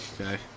Okay